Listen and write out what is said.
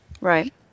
right